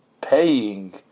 paying